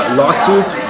lawsuit